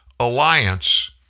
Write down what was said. alliance